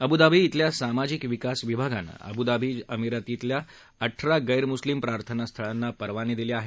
Abu Dhabi इथल्या सामाजिक विकास विभागाने अबुधाबी अमिरातीतल्या अठरा गैरमुस्लीम प्रार्थनास्थळांना परवाने दिले आहेत